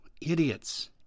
Idiots